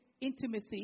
intimacy